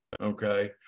okay